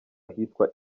ahitwa